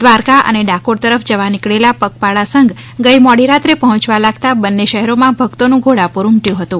દ્વારકા અને ડાકોર તરફ જવા નીકળેલા પગપાળા સંઘ ગઈ મોડી રાત્રે પહોચવા લગતા બંને શહેરમાં ભક્તોનું ઘોડાપૂર ઊમટ્યું હતું